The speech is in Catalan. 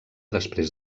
després